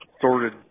sorted